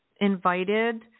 invited